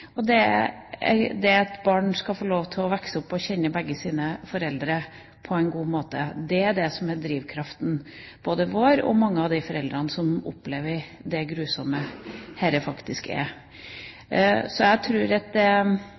Det at barn skal få lov til å vokse opp og kjenne begge sine foreldre på en god måte, er det som er drivkraften, både for oss og for mange av de foreldrene som opplever det grusomme dette faktisk er. Jeg tror at